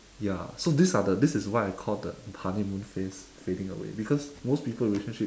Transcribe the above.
ya so these are the this is why I call the honeymoon phase fading away because most people relationship